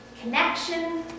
Connection